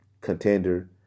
contender